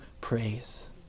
praise